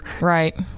Right